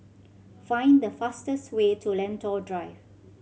find the fastest way to Lentor Drive